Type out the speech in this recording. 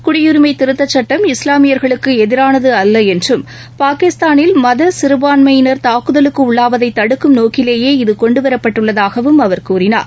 குடியுரிமை திருத்தச் சுட்டம் இஸ்லாமியர்களுக்கு எதிரானது அல்ல என்றும் பாகிஸ்தானில் மத சிறுபான்மையினர் தாக்குதலுக்கு உள்ளாவதை தடுக்கும் நோக்கிலேயே இதுகொண்டுவரப்பட்டுள்ளதாகவும் அவர் கூறினார்